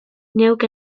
neuk